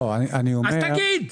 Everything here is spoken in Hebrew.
אז תגיד.